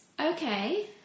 okay